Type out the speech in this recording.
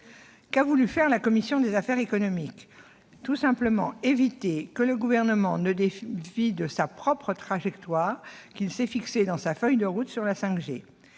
Qu'a voulu faire la commission des affaires économiques ? Tout simplement éviter que le Gouvernement ne dévie de la trajectoire qu'il s'est fixée dans sa feuille de route sur la 5G,